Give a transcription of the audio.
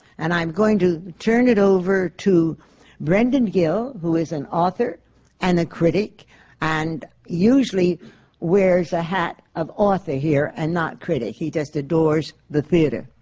and i'm going to turn it over to brendan gill, who is an author and a critic and usually wears a hat of author here, and not critic. he just adores the theatre.